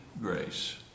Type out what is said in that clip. grace